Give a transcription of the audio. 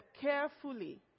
carefully